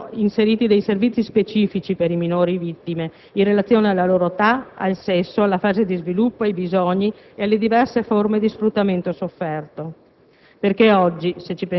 Ancora, vanno inseriti dei servizi specifici per i minori vittime in relazione alla loro età, al sesso, alla fase di sviluppo, ai bisogni e alle diverse forme di sfruttamento sofferto.